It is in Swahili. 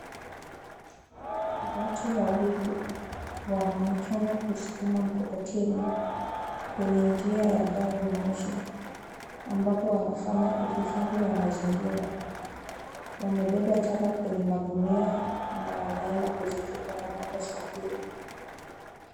Watu wawili wanaonekana wakisukuma mkokoteni kwenye njia ya garimoshi, ambapo wanafanya uhifadhi wa mazingira. Wamebeba taka kwenye magunia na wanaenda kuzitupa panapostahili.